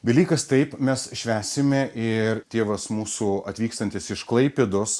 velykas taip mes švęsime ir tėvas mūsų atvykstantis iš klaipėdos